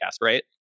right